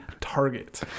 target